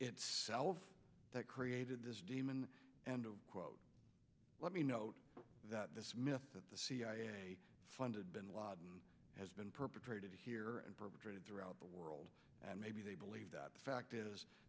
itself that created this demon and to quote let me note that this myth that the cia funded bin laden has been perpetrated here and perpetrated throughout the world and maybe they believe that the fact is